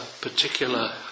particular